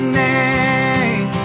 name